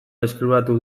deskribatu